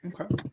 okay